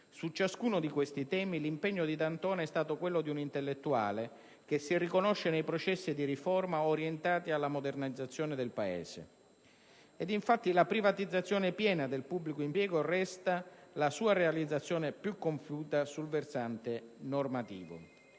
Su ciascuno di questi temi, l'impegno di D'Antona è stato quello di un intellettuale che si riconosce nei processi di riforma orientati alla modernizzazione del Paese, ed infatti la privatizzazione piena del pubblico impiego resta la sua realizzazione più compiuta sul versante normativo.